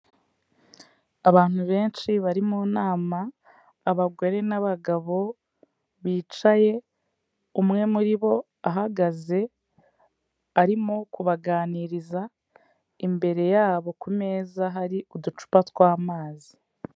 Abantu benshi bari mu nama abagore n'abagabo bicaye, umwe muri bo ahagaze arimo kubaganiriza imbere yabo ku meza hari uducupa tw'amazi.